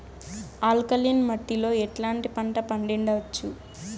Alkaline మట్టి లో ఎట్లాంటి పంట పండించవచ్చు,?